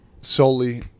solely